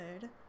good